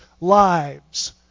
lives